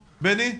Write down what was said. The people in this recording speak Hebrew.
בני?